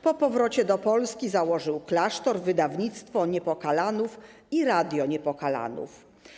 Po powrocie do Polski założył klasztor, wydawnictwo Niepokalanów i radio Niepokalanów.